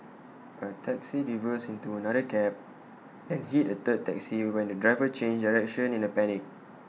A taxi reversed into another cab then hit A third taxi when the driver changed direction in A panic